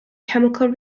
chemical